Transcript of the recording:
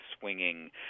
swinging